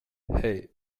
hey